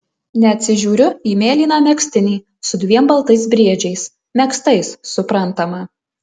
neatsižiūriu į mėlyną megztinį su dviem baltais briedžiais megztais suprantama